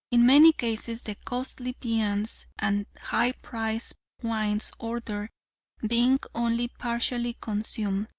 in many cases the costly viands and high-priced wines ordered being only partly consumed,